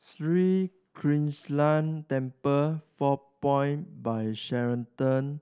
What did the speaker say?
Sri Krishnan Temple Four Points By Sheraton